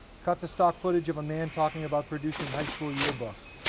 cut to stock footage of a man talking about producing high school yearbooks.